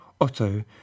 Otto